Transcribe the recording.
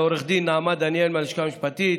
לעו"ד נעמה דניאל מהלשכה המשפטית,